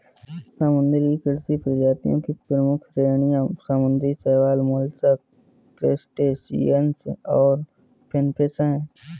समुद्री कृषि प्रजातियों की प्रमुख श्रेणियां समुद्री शैवाल, मोलस्क, क्रस्टेशियंस और फिनफिश हैं